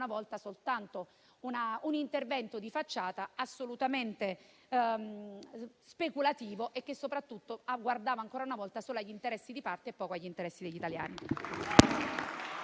volta, soltanto un intervento di facciata, assolutamente speculativo e che soprattutto guarda, ancora una volta, solo agli interessi di parte e poco agli interessi degli italiani.